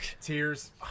Tears